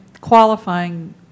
qualifying